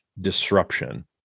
disruption